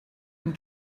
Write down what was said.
more